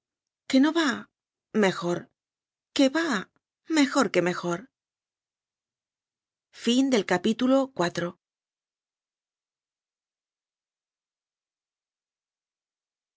que no va mejor que va mejor que mejor